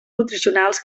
nutricionals